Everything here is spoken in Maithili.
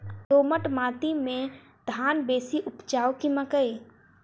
दोमट माटि मे धान बेसी उपजाउ की मकई?